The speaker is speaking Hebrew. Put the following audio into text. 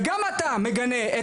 וגם אתה מגנה,